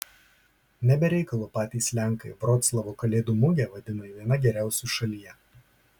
ne be reikalo patys lenkai vroclavo kalėdų mugę vadina viena geriausių šalyje